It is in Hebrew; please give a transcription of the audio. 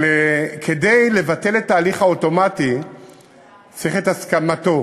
אבל כדי לבטל את ההליך האוטומטי צריך את הסכמתו